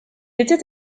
était